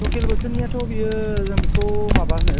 लकेल गौथुमनियाथ' बेयो बेखौ माबा होनो